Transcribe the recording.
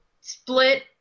split